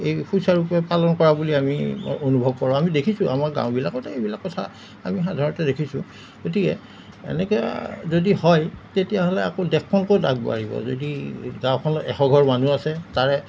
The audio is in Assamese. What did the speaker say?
এই সুচাৰুৰূপে পালন কৰা বুলি আমি অনুভৱ কৰোঁ আমি দেখিছোঁ আমাৰ গাঁওবিলাকতেই এইবিলাক কথা আমি সাধাৰণতে দেখিছোঁ গতিকে এনেকৈ যদি হয় তেতিয়াহ'লে আকৌ দেশখন ক'ত আগবাঢ়িব যদি গাঁওখনত এশঘৰ মানুহ আছে তাৰে